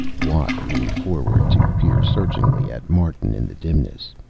watt leaned forward to peer searchingly at martin in the dimness.